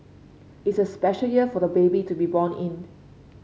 it's a special year for the baby to be born in